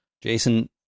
Jason